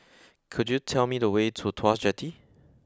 could you tell me the way to Tuas Jetty